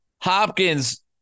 Hopkins